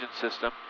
system